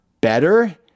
better